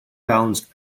balanced